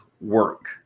work